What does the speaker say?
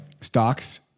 stocks